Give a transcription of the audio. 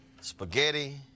spaghetti